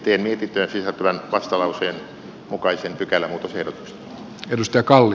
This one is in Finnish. teen mietintöön sisältyvän vastalauseen mukaisen pykälämuutosehdotuksen